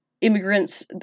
immigrants